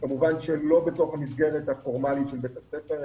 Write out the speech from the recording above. כמובן שהם לא בתוך המסגרת הפורמלית של בית הספר,